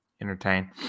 entertain